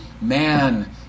man